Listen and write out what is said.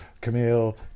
Camille